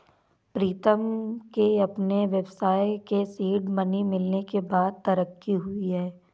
प्रीतम के अपने व्यवसाय के सीड मनी मिलने के बाद तरक्की हुई हैं